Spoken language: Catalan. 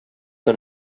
que